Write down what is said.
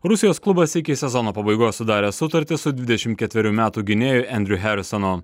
rusijos klubas iki sezono pabaigos sudaręs sutartį su dvidešimt ketverių metų gynėju endriu herisonu